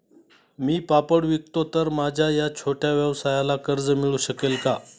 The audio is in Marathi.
मी पापड विकतो तर माझ्या या छोट्या व्यवसायाला कर्ज मिळू शकेल का?